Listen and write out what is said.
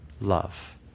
love